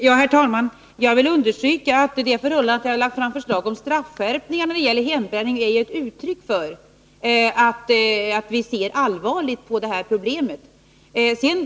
Herr talman! Jag vill understryka att det förhållandet att jag har lagt fram förslag om straffskärpningar när det gäller hembränningen är ett uttryck för att vi ser allvarligt på detta problem.